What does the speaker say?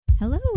Hello